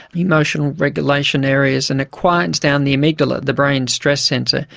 emotional regulation areas. and it quietens down the amygdala, the brain's stress centre,